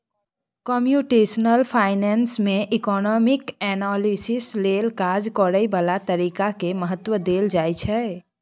computational finance में economic analysis लेल काज करए बला तरीका के महत्व देल जाइ छइ